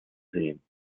sehen